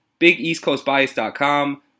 BigEastCoastBias.com